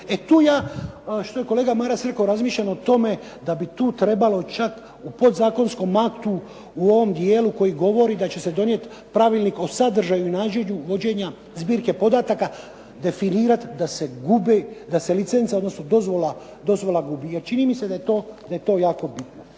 E tu je što je kolega Maras rekao razmišljam o tome da bi tu trebalo čak u podzakonskom aktu u ovom dijelu koji govori da će se donijeti Pravilnik o sadržaju i načinu vođenja zbirke podataka, definirat da se gube, da se licenca odnosno dozvola gubi. Jer čini mi se da je to jako bitno.